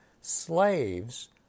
Slaves